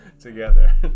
together